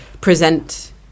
present